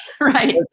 Right